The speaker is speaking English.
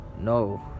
no